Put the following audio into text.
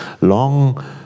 long